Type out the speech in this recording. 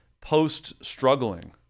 post-struggling